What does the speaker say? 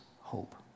hope